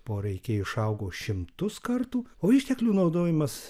poreikiai išaugo šimtus kartų o išteklių naudojimas